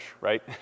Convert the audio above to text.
right